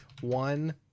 one